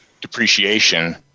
depreciation